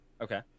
Okay